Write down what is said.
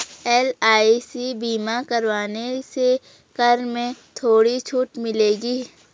LIC बीमा करवाने से कर में थोड़ी छूट मिलेगी